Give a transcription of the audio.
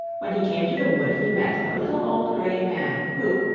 when he came to the wood he met a little old grey man, who,